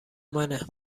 منه